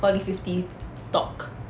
poly C_C talk